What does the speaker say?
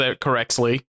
correctly